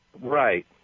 Right